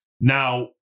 Now